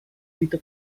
vita